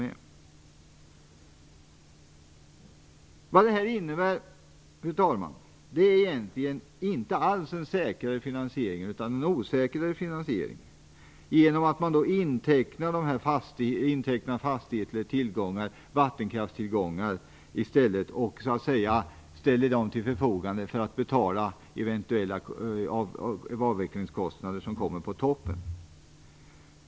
Fru talman! Det här förslaget innebär egentligen inte alls en säkrare finansiering utan en osäkrare, på så vis att man intecknar fastigheter eller vattenkraftstillgångar och ställer dessa till förfogande för att betala eventuella avvecklingskostnader som kommer på toppen.